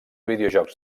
videojocs